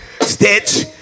stitch